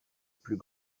plus